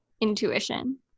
intuition